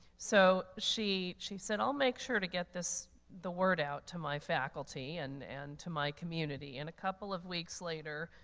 so she she said, i'll make sure to get this, the word out to my faculty and and to my community. and a couple of weeks later,